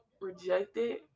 Rejected